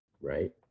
right